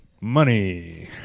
Money